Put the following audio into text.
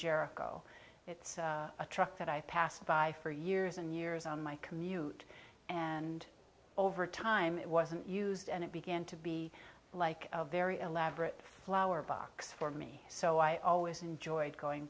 jericho it's a truck that i passed by for years and years on my commute and over time it wasn't used and it began to be like a very elaborate flower box for me so i always enjoyed going